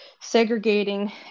segregating